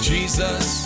Jesus